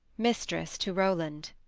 mistriss to rowland.